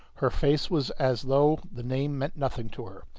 her face was as though the name meant nothing to her.